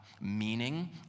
meaning